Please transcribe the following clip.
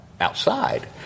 outside